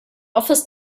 office